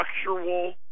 structural